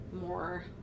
more